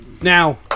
Now